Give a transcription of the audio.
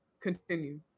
continue